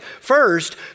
First